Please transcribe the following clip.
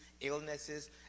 illnesses